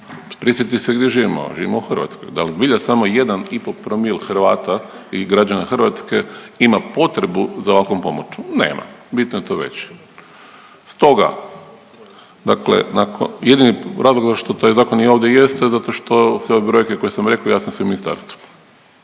prisjetit se gdje živimo. Živimo u Hrvatskoj. Da li zbilja samo 1,5 promil Hrvata ili građana Hrvatske ima potrebu za ovakvom pomoći? Nema. Bitno je to reći, stoga dakle .../nerazumljivo/... jedini razlog zašto taj Zakon ovdje i jeste zato što sve ove brojke koje sam rekao, jasne su i u ministarstvu.